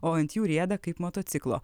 o ant jų rieda kaip motociklo